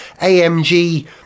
AMG